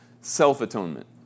self-atonement